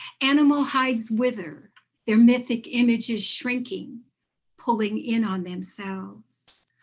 animal hides wither their mythic images shrinking pulling in on themselves,